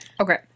Okay